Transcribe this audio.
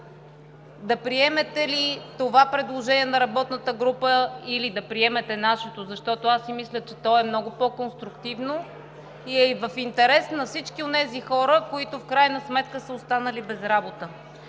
да приемете ли това предложение на работната група, или да приемете нашето, защото аз си мисля, че то е много по-конструктивно и е в интерес на всички онези хора, които в крайна сметка са останали без работа.